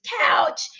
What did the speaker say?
couch